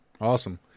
Awesome